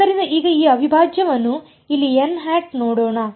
ಆದ್ದರಿಂದ ಈಗ ಈ ಅವಿಭಾಜ್ಯವನ್ನು ಇಲ್ಲಿ ನೋಡೋಣ